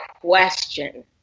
question